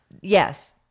Yes